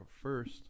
first